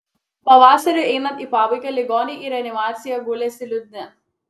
pavasariui einant į pabaigą ligoniai į reanimaciją gulėsi liūdni